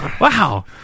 Wow